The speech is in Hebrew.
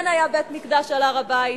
כן היה בית-מקדש על הר-הבית,